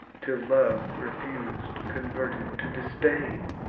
till love, refus'd, converted to disdain